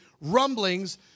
rumblings